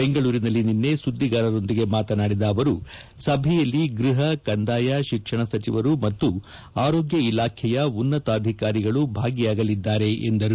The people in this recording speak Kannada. ಬೆಂಗಳೂರಿನಲ್ಲಿ ನಿನ್ನೆ ಸುದ್ದಿಗಾರರೊಂದಿಗೆ ಮಾತನಾಡಿದ ಅವರು ಸಭೆಯಲ್ಲಿ ಗೃಪ ಕಂದಾಯ ಶಿಕ್ಷಣ ಸಚಿವರು ಮತ್ತು ಆರೋಗ್ಕ ಇಲಾಖೆಯ ಉನ್ನತಾಧಿಕಾರಿಗಳು ಭಾಗಿಯಾಗಲಿದ್ದಾರೆ ಎಂದರು